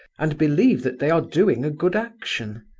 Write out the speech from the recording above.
and believe that they are doing a good action.